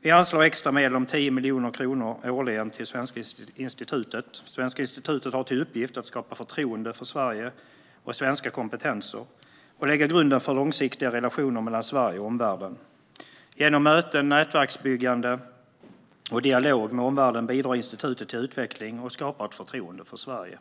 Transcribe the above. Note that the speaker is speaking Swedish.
Vi anslår extra medel om 10 miljoner kronor årligen till Svenska institutet. Svenska institutet har till uppgift att skapa förtroende för Sverige och svenska kompetenser och lägga grunden för långsiktiga relationer mellan Sverige och omvärlden. Genom möten, nätverksbyggande och dialog med omvärlden bidrar institutet till utveckling och skapar ett förtroende för Sverige,